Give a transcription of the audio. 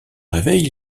réveil